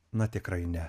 na tikrai ne